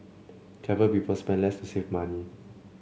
clever people spend less to save money